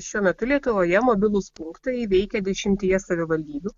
šiuo metu lietuvoje mobilūs punktai veikia dešimtyje savivaldybių